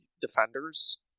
defenders